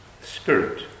spirit